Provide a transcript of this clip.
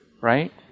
right